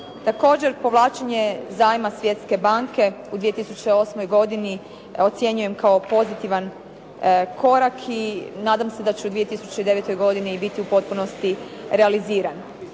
Također, povlačenje zajma Svjetske banke u 2008. godini ocjenjujem kao pozitivan korak i nadam se da će u 2009. godini biti u potpunosti realiziran.